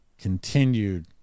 continued